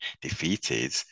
Defeated